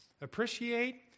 appreciate